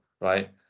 right